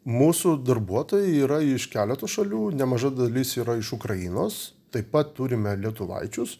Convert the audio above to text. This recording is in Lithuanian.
mūsų darbuotojai yra iš keleto šalių nemaža dalis yra iš ukrainos taip pat turime lietuvaičius